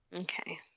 Okay